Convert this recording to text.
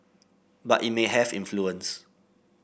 but it may have influence